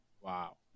Wow